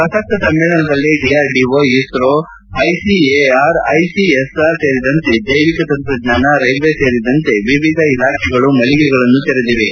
ಪ್ರಸಕ್ತ ಸಮ್ಮೇಳನದಲ್ಲಿ DRDO ISRO ICAR ICSR ಸೇರಿದಂತೆ ಜೈವಿಕ ತಂತ್ರಜ್ಞಾನ ರೈಲ್ವೆ ಸೇರಿದಂತೆ ವಿವಿಧ ಇಲಾಖೆಗಳು ಮಳಿಗೆಗಳನ್ನು ತೆರೆದಿವೆ